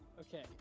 Okay